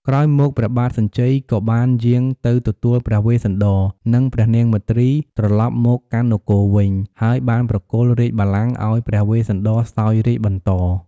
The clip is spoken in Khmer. ក្រោយមក ព្រះបាទសញ្ជ័យក៏បានយាងទៅទទួលព្រះវេស្សន្តរ និងព្រះនាងមទ្រី ត្រឡប់មកកាន់នគរវិញ ហើយបានប្រគល់រាជបល្ល័ង្កឱ្យព្រះវេស្សន្តរសោយរាជ្យបន្ត។